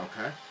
Okay